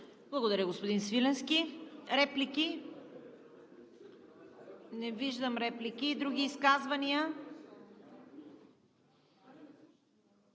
Благодаря, господин Тишев. Има ли реплики? Не виждам реплики. Други изказвания?